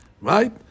Right